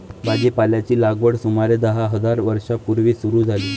भाजीपाल्याची लागवड सुमारे दहा हजार वर्षां पूर्वी सुरू झाली